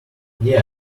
yeah